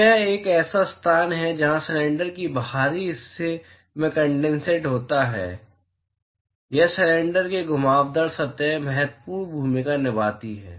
तो यह एक ऐसा स्थान है जहां सिलेंडर के बाहरी हिस्से में कंडेंसेशन होता है या सिलेंडर की घुमावदार सतह महत्वपूर्ण भूमिका निभाती है